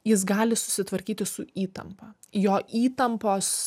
jis gali susitvarkyti su įtampa jo įtampos